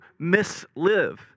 mislive